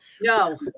No